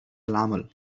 العمل